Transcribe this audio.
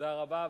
תודה רבה.